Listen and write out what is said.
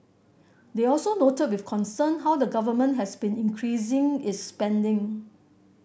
they also noted with concern how the Government has been increasing is spending